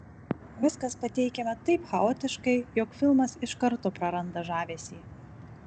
viskas pateikiama taip chaotiškai jog filmas iš karto praranda žavesį